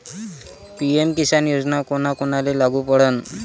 PM Kisan योजना कोना कोनाले लागू पडन?